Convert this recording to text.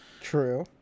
True